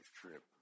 trip